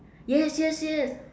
yes yes yes